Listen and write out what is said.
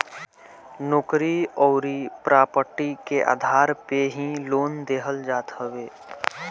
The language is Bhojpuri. नोकरी अउरी प्रापर्टी के आधार पे ही लोन देहल जात हवे